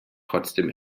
trotzdem